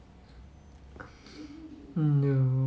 um